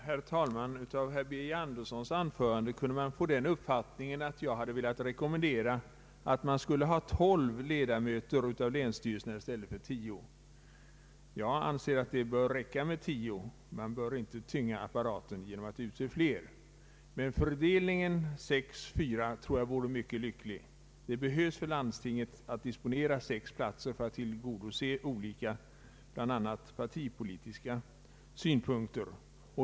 Herr talman! Av herr Birger Andersons anförande kunde man få den uppfattningen att jag hade velat rekommendera att länsstyrelserna skulle ha tolv ledamöter i stället för tio. Det är fel. Jag anser att det bör räcka med tio. Man bör inte tynga apparaten genom att utse fler. Fördelningen sex—fyra tror jag vore mycket lycklig. Landstingen behöver disponera sex platser för att tillgodose olika, bl.a. partipolitiska, synpunkter.